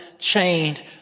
chained